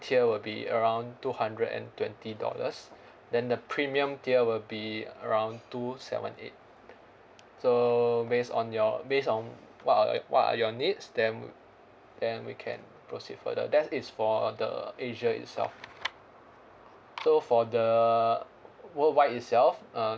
tier will be around two hundred and twenty dollars then the premium tier will be around two seven eight so based on your based on what are what are your needs then then we can proceed further that is for the asia itself so for the worldwide itself uh